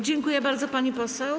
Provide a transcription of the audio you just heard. Dziękuję bardzo, pani poseł.